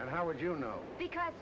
and how would you know because